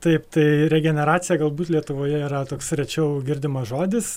taip tai regeneracija galbūt lietuvoje yra toks rečiau girdimas žodis